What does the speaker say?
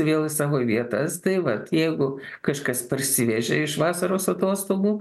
vėl į savo vietas tai vat jeigu kažkas parsivežė iš vasaros atostogų